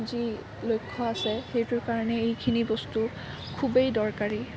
যি মোৰ লক্ষ্য আছে সেইটোৰ কাৰণে এইখিনি বস্তু খুবেই দৰকাৰী